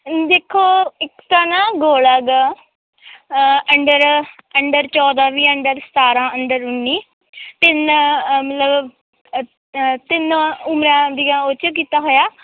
ਦੇਖੋ ਇੱਕ ਤਾਂ ਨਾ ਗੋਲਾ ਗਾ ਅੰਡਰ ਅੰਡਰ ਚੌਦਾਂ ਵੀ ਅੰਡਰ ਸਤਾਰਾਂ ਅੰਡਰ ਉੱਨੀ ਤਿੰਨ ਅ ਮਤਲਬ ਤਿੰਨ ਉਮਰਾਂ ਦੀਆਂ ਉਹ 'ਚ ਕੀਤਾ ਹੋਇਆ